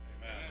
Amen